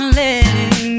letting